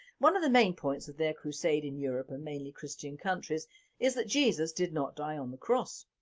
one of the main points of their crusade in europe and mainly christian countries is that jesus did not die on the cross,